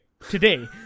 today